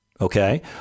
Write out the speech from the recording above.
okay